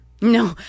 No